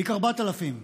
תיק 4000,